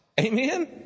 Amen